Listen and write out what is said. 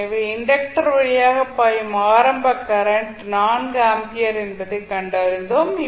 எனவே இண்டக்டர் வழியாக பாயும் ஆரம்ப கரண்ட் 4 ஆம்பியர் என்பதைக் கண்டறிந்தோம்